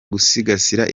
gusigasira